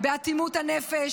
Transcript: באטימות הנפש,